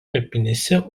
kapinėse